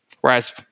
Whereas